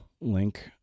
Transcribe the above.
link